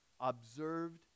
Observed